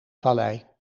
vallei